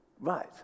Right